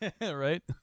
Right